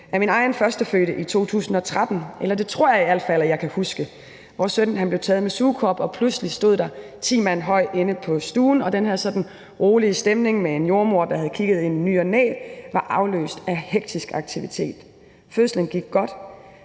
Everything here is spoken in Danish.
af min egen førstefødte i 2013 – eller det tror jeg i hvert fald at jeg kan huske. Vores søn blev taget med sugekop, og pludselig stod de ti mand høj inde på stuen, og den her sådan rolige stemning med en jordemoder, der havde kigget ind i ny og næ, var afløst af hektisk aktivitet. Fødslen gik godt,